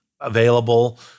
available